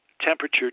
temperature